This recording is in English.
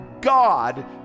God